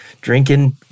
drinking